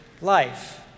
life